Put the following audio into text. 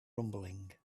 rumbling